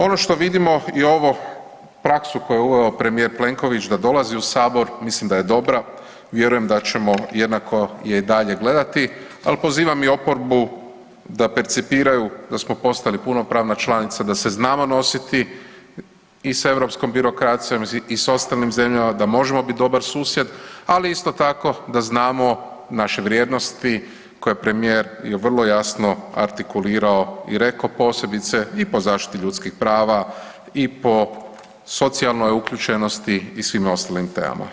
Ono što vidimo i ovo praksu koju je uveo premijer Plenković da dolazi u Sabor mislim da je dobra, vjerujem da ćemo je jednako je i dalje gledati, ali pozivam i oporbu da percipiraju da smo postali punopravna članica, da se znamo nositi i sa europskom birokracijom i sa ostalim zemljama, da možemo biti dobar susjed, ali isto tako da znamo naše vrijednosti koje premijer je vrlo jasno artikulirao i rekao, posebice i po zaštiti ljudskih prava i po socijalnoj uključenosti i svim ostalim temama.